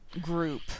group